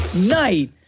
night